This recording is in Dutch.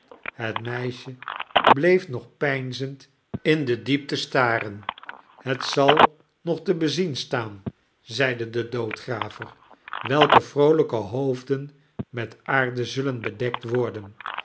het meisje bleef nog peinzend in de diepte staren het zal nog te bezien staan zeide de doodgraver welke vroolijke hoofden met aarde zullen bedekt worden